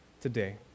today